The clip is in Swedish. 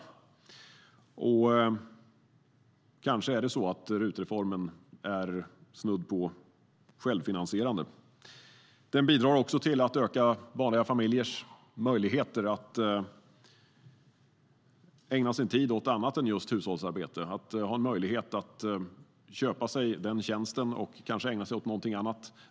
Kanske är RUT-reformen snudd på självfinansierande. Den bidrar också till att öka vanliga familjers möjligheter att ägna sin tid åt annat än hushållsarbete. De har möjligheten att köpa den tjänsten och ägna sig åt någonting annat.